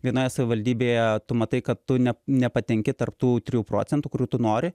vienoje savivaldybėje tu matai kad tu ne nepatenki tarp tų trijų procentų kurių tu nori